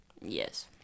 Yes